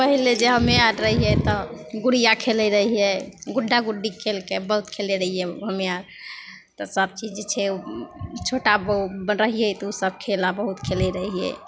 पहिले जे हमे आओर रहिए तऽ गुड़िआ खेलै रहिए गुड्डा गुड्डी खेलके बहुत खेलै रहिए हमे आओर तऽ सबचीज जे छै छोटा गऽ रहिए तऽ ओसब खेला बहुत खेलै रहिए